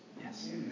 Yes